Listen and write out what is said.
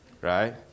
Right